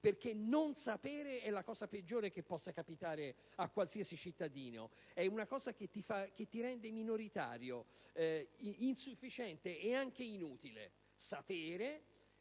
perché non sapere è la cosa peggiore che possa capitare a qualsiasi cittadino: è una cosa che rende minoritari, insufficienti ed anche inutili.